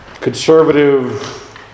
Conservative